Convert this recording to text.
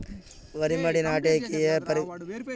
వరి మడి నాటే కి ఏ పరికరాలు తో వేయవచ్చును అవి ఎక్కడ దొరుకుతుంది?